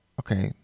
okay